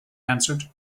answered